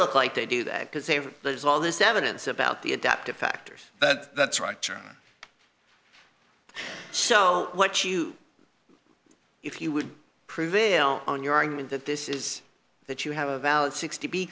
look like they do that because they there's all this evidence about the adaptive factors but that's right so what you if you would prevail on your argument that this is that you have about sixty be